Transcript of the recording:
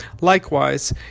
Likewise